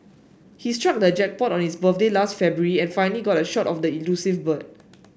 he struck the jackpot on his birthday last February and finally got a shot of the elusive bird